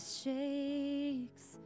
shakes